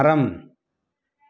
மரம்